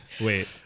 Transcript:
Wait